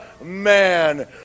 man